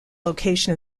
location